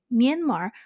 Myanmar 、